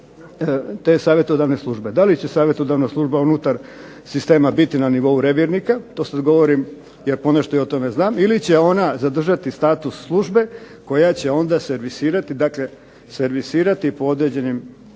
te savjetodavne službe. Da li će savjetodavna služba unutar sistema biti na nivou … /Govornik se ne razumije./… to sad govorim jer ponešto i o tome znam, ili će ona zadržati status službe koja će onda servisirati po određenim